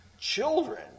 children